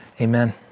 Amen